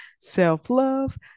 self-love